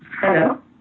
Hello